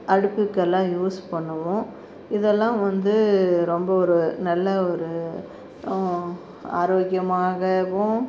அடுப்புக்கு எல்லாம் யூஸ் பண்ணுவோம் இதெல்லாம் வந்து ரொம்ப ஒரு நல்லா ஒரு ஆரோக்கியமாகவும்